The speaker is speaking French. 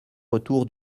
retour